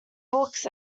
books